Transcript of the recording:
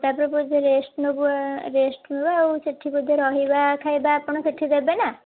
ତାପରେ ପୁଣି ଯେଉଁ ରେଷ୍ଟ ନବୁ ଆ ରେଷ୍ଟ ନବା ଆଉ ସେଇଠି ବୋଧେ ରହିବା ଖାଇବା ଆପଣ ସେଇଠି ଦେବେ ନା